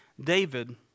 David